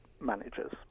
managers